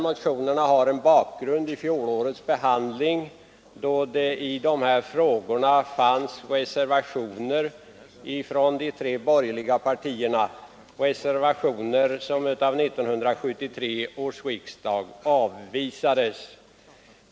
Motionerna har en bakgrund i fjolårets behandling, då det i dessa frågor fanns reservationer från de tre borgerliga partierna — reservationer som av 1973 års riksdag avvisades.